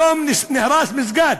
היום נהרס מסגד,